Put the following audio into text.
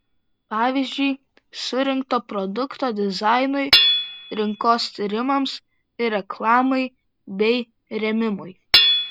pavyzdžiui surinkto produkto dizainui rinkos tyrimams ir reklamai bei rėmimui